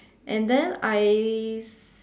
and then I